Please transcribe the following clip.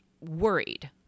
worried